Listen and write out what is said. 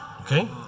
Okay